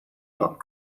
not